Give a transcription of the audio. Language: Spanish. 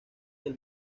del